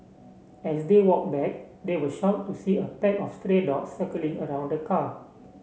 as they walked back they were shocked to see a pack of stray dogs circling around the car